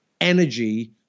energy